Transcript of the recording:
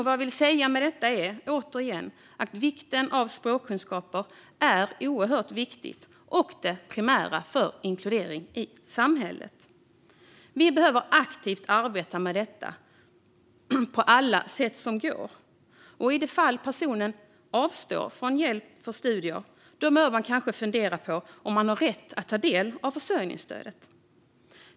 Vad jag vill säga med detta är återigen att det är oerhört viktigt med språkkunskaper och att det är det primära för inkludering i samhället. Vi behöver aktivt arbeta med detta på alla sätt som går. I de fall personen avstår från studier bör man kanske fundera på om personen har rätt att ta del av försörjningsstödet.